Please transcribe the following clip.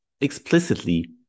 explicitly